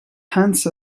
haunts